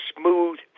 smooth